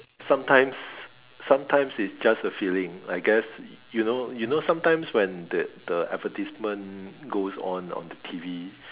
sometimes sometimes it's just a feeling I guess you know you know sometimes when that the advertisement goes on on the T_V